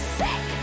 sick